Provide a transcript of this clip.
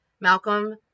Malcolm